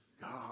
God